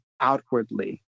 outwardly